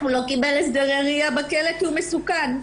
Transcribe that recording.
הוא לא קיבל הסדרי ראייה בכלא כי הוא מסוכן.